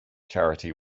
charity